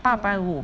!wah!